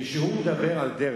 כשהוא מדבר על דרך,